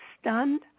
stunned